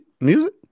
Music